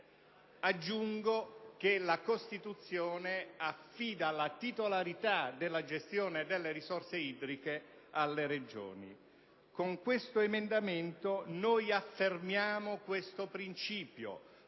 Aggiungo che la Costituzione affida la titolarità della gestione delle risorse idriche alle Regioni. Con questo emendamento noi affermiamo tale principio,